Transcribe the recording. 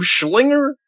Schlinger